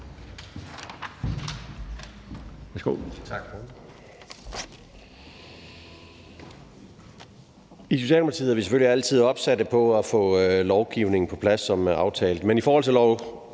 I Socialdemokratiet er vi selvfølgelig altid opsatte på at få lovgivning på plads som aftalt. Men i forhold til L